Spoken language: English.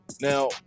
Now